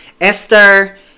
Esther